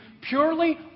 purely